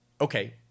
Okay